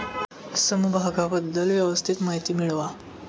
समभागाबद्दल व्यवस्थित माहिती मिळवा